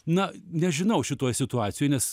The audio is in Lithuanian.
na nežinau šitoj situacijoj nes